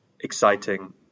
exciting